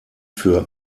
für